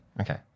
Okay